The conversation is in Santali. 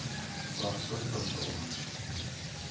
ᱛᱷᱚᱲᱟ ᱥᱚᱪᱮᱛᱚᱱᱚᱜ ᱛᱟᱵᱚᱱᱟ